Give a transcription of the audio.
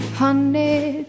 Honey